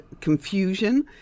confusion